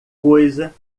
coisa